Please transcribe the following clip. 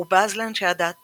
הוא בז לאנשי הדת